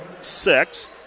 six